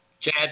Chad